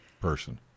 person